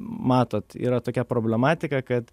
matot yra tokia problematika kad